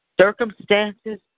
Circumstances